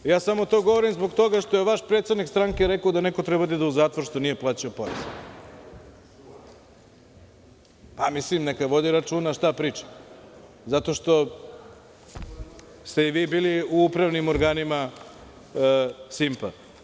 Samo to govorim zbog toga što je vaš predsednik stranke rekao da neko treba da ide u zatvor što nije plaćao porez, neka vodi računa šta priča, zato što ste i vi bili u upravnim organima „Simpa“